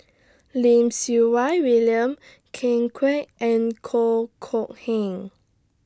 Lim Siew Wai William Ken Kwek and Kok Kok Heng